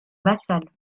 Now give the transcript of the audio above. vassal